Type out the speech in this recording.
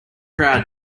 crowd